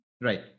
Right